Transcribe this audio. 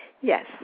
Yes